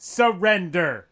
surrender